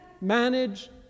manage